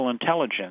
intelligence